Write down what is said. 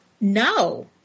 No